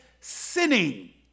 sinning